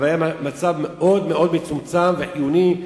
אבל היה מצב מאוד מצומצם וחיוני,